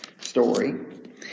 story